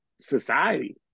society